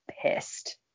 pissed